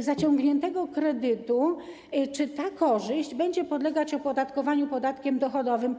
zaciągniętego kredytu, będą podlegać opodatkowaniu podatkiem dochodowym?